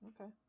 Okay